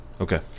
Okay